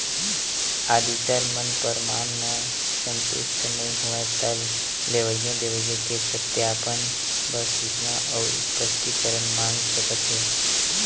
auditor मन परमान म संतुस्ट नइ होवय त लेवई देवई के सत्यापन बर सूचना अउ स्पस्टीकरन मांग सकत हे